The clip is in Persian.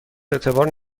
اعتبار